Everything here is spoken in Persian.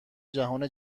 جهان